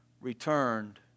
returned